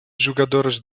jogadores